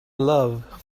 love